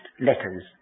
letters